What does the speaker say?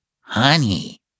Honey